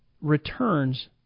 returns